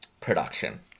production